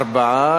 4,